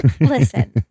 Listen